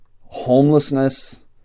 homelessness